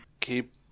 Keep